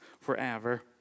forever